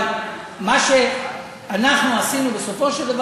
אבל מה שאנחנו עשינו בסופו של דבר,